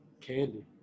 Candy